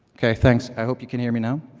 ok, thanks, i hope you can hear me now.